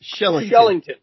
Shellington